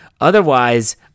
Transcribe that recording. Otherwise